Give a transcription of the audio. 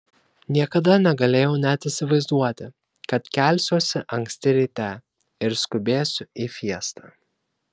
niekada negalėjau net įsivaizduoti kad kelsiuosi anksti ryte ir skubėsiu į fiestą